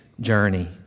journey